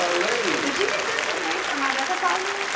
ah ladies. did you get this for me for my decoupaging?